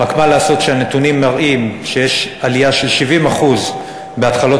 רק מה לעשות שהנתונים מראים שיש עלייה של 70% בהתחלות